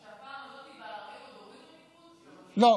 הפעם הזאת, עוד הורידו ניקוד, לא.